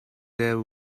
their